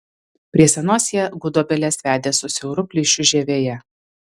prie senos jie gudobelės vedė su siauru plyšiu žievėje